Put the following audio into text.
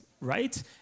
right